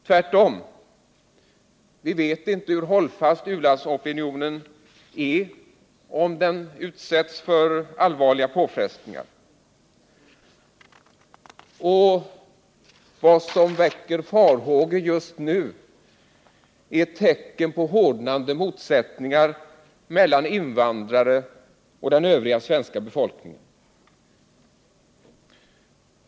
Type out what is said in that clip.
Tvärtom, vi vet inte hur hållfast u-landsopinionen är om den utsätts för allvarliga påfrestningar. Vad som väcker farhågor just nu är tecknen på hårdnande motsättningar mellan invandrare och den övriga svenska befolkningen.